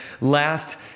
last